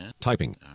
typing